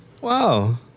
Wow